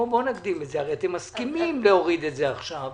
הרי אתם מסכימים להוריד את זה עכשיו,